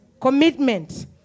commitment